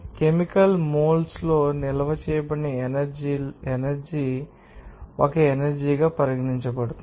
chemical మోల్స్లో నిల్వ చేయబడిన ఎనర్జీ మీలో ఒక ఎనర్జీ గా పరిగణించబడుతుంది